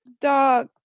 Dog